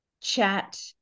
chat